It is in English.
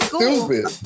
stupid